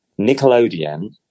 Nickelodeon